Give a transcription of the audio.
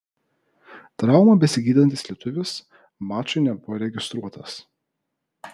traumą besigydantis lietuvis mačui nebuvo registruotas